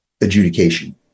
adjudication